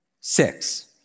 Six